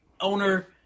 owner